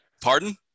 Pardon